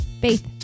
faith